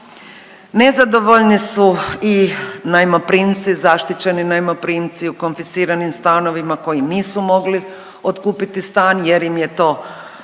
Nezadovoljni su i najmoprimci, zaštićeni najmoprimci u konfisciranim stanovima koji nisu mogli otkupiti stan jer im je to